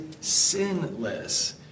sinless